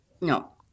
No